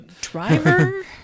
Driver